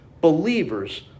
believers